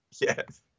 Yes